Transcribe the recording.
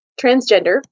transgender